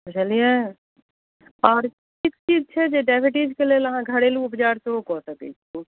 बुझलिए आओर किछु चीज छै जे डायबिटीजके लेल अहाँ घरेलू उपचार सेहो कऽ सकै छी